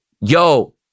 yo